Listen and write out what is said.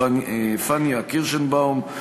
פניה קירשנבאום,